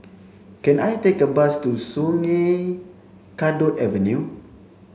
can I take a bus to Sungei Kadut Avenue